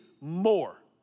more